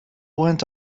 went